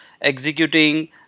executing